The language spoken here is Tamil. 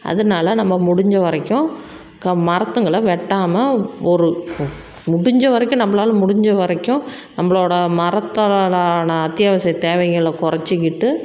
அதனால் நம்ம முடிஞ்ச வரைக்கும் க மரத்துங்களை வெட்டாமல் ஒரு முடிஞ்ச வரைக்கும் நம்மளால முடிஞ்ச வரைக்கும் நம்மளோட மரத்தாலான ன அத்தியாவசியத் தேவைகள கொறைச்சிக்கிட்டு